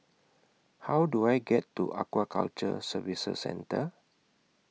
How Do I get to Aquaculture Services Centre